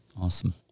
Awesome